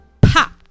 pop